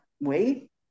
wait